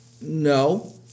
no